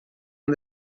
han